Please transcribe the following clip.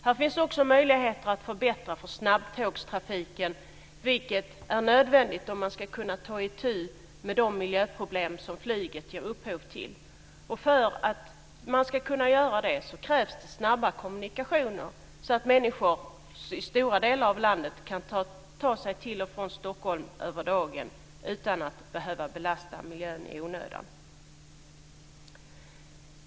Här finns också möjligheter att förbättra för snabbtågstrafiken, vilket är nödvändigt om man ska kunna ta itu med de miljöproblem som flyget ger upphov till. För att man ska kunna göra det krävs det snabba kommunikationer, så att människor i stora delar av landet kan ta sig till och från Stockholm över dagen utan att behöva belasta miljön i onödan.